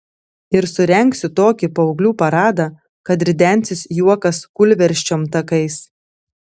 ir surengsiu tokį paauglių paradą kad ridensis juokas kūlversčiom takais